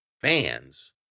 Fans